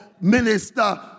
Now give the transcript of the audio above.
Minister